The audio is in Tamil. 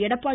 எடப்பாடி